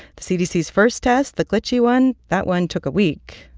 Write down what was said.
the cdc's first test, the glitchy one, that one took a week.